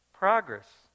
Progress